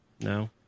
No